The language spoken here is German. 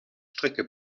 strecke